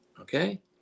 okay